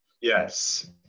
Yes